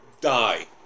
Die